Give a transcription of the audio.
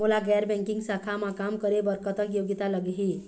मोला गैर बैंकिंग शाखा मा काम करे बर कतक योग्यता लगही?